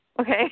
Okay